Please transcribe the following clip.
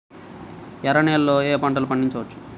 ఎర్ర నేలలలో ఏయే పంటలు పండించవచ్చు?